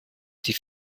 die